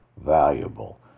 valuable